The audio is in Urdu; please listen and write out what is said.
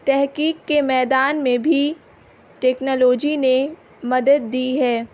تحقیق کے میدان میں بھی ٹیکنالوجی نے مدد دی ہے